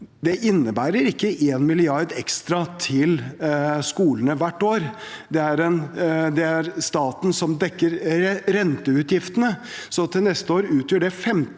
det innebærer ikke 1 mrd. kr ekstra til skolene hvert år. Det er staten som dekker renteutgiftene, så til neste år utgjør det 15